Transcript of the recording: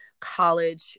college